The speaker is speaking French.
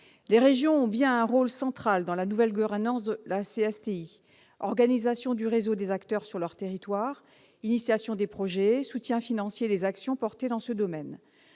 Les régions ont bien un rôle central dans la nouvelle gouvernance de la CSTI : organisation du réseau des acteurs sur leur territoire, engagement des projets, soutien financier des actions portées dans ce domaine.